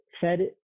Fed